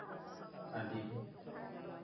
আদি